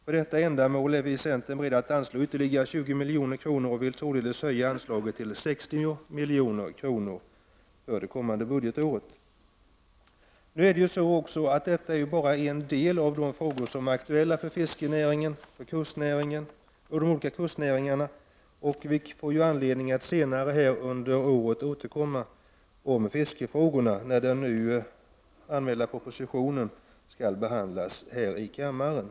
För detta ändamål är vi i centern beredda att anslå ytterligare 20 milj.kr. och vill således höja anslaget till 60 milj.kr. för det kommande budgetåret. Detta är ju bara en del av de frågor som är aktuella för fiskerinäringen och för de olika kustnäringarna. Vi får anledning att senare under året återkomma till fiskefrågorna när den nu anmälda propositionen skall behandlas i kammaren.